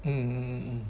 mm mm